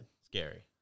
Scary